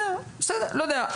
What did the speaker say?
לא יודע.